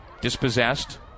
Dispossessed